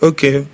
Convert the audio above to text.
Okay